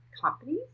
companies